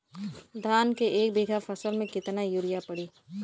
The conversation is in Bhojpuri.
धान के एक बिघा फसल मे कितना यूरिया पड़ी?